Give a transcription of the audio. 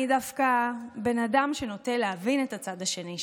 אני דווקא בן אדם שנוטה להבין את הצד השני,